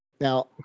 now